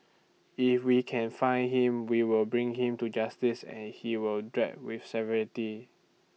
if we can find him we will bring him to justice and he will dry with severity